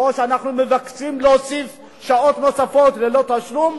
או שאנחנו מבקשים להוסיף שעות נוספות ללא תשלום,